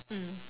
mm